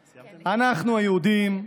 אנחנו, היהודים,